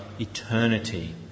eternity